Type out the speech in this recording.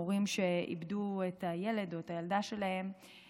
הורים שאיבדו את הילד או את הילדה שלהם,